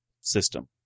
system